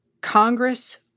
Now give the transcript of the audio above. Congress